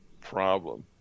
problem